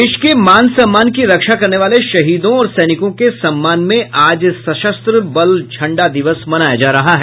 देश के मान सम्मान की रक्षा करने वाले शहीदों और सैनिकों के सम्मान में आज सशस्त्र बल झंडा दिवस मनाया जा रहा है